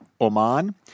Oman